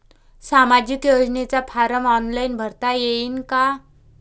सामाजिक योजनेचा form online भरता येईन का?